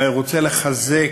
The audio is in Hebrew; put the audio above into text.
ואני רוצה לחזק